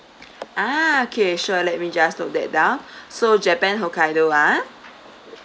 ah okay sure let me just note that down so japan hokkaido ah